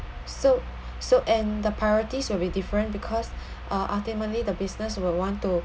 so so and the priorities will be different because uh ultimately the business will want to